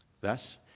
Thus